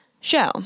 Show